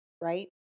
right